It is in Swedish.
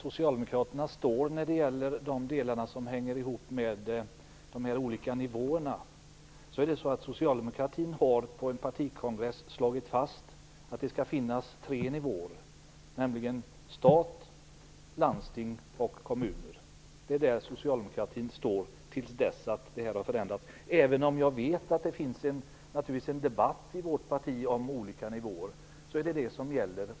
Fru talman! Socialdemokraterna har på en partikongress slagit fast att det skall finnas tre nivåer, nämligen stat, landsting och kommuner. Det är där Socialdemokraterna står, till dess att detta förändras. Jag vet naturligtvis att det förs en debatt i vårt parti om de olika nivåerna. Trots det är detta vad som gäller.